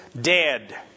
dead